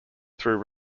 through